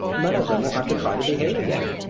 none of them will have to try to behave again.